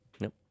Nope